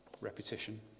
repetition